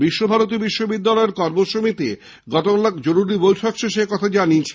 বিশ্বভারতীর বিশ্ববিদ্যালয়ের কর্মসমিতি গতকাল এক বৈঠক শেষে একথা জানিয়েছে